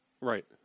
Right